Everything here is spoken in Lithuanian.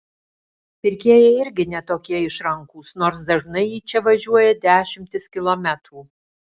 pirkėjai irgi ne tokie išrankūs nors dažnai į čia važiuoja dešimtis kilometrų